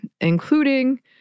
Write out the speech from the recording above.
including